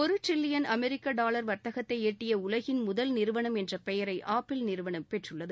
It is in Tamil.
ஒரு ட்ரில்லியன் அமெரிக்க டாலர் வர்த்தகத்தை எட்டிய உலகின் முதல் நிறுவனம் என்ற பெயரை ஆப்பிள் நிறுவனம் பெற்றுள்ளது